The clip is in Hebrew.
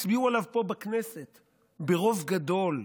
שהצביעו עליו פה בכנסת ברוב גדול,